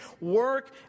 work